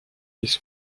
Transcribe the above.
his